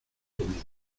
comida